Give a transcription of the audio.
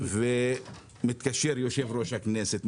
מתקשר יושב-ראש הכנסת,